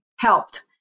helped